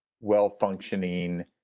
well-functioning